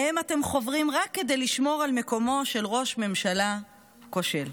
שאתם חוברים אליהם רק כדי לשמור על מקומו של ראש ממשלה כושל.